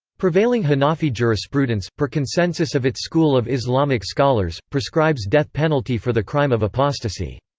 prevailing hanafi jurisprudence, per consensus of its school of islamic scholars, prescribes death penalty for the crime of apostasy.